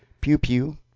pew-pew